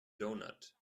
doughnut